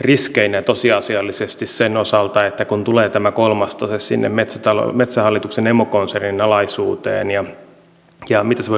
riskeinä tosiasiallisesti sen osalta kun tulee tämä kolmas tase sinne metsähallituksen emokonsernin alaisuuteen ja mitä se voi käytännössä tarkoittaa